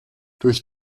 durch